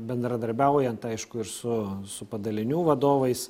bendradarbiaujant aišku ir su su padalinių vadovais